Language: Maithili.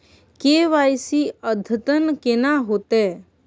के.वाई.सी अद्यतन केना होतै?